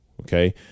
Okay